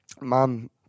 mom